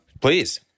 Please